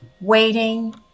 waiting